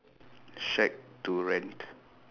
shack to rent